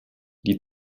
die